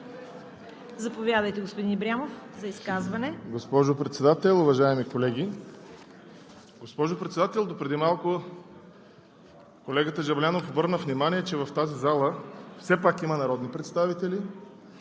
Заповядайте, господин Ибрямов, за изказване. ДЖЕЙХАН ИБРЯМОВ (ДПС): Госпожо Председател, уважаеми колеги! Госпожо Председател, преди малко колегата Жаблянов обърна внимание, че в тази зала все пак има народни представители